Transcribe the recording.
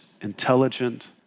intelligent